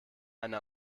eine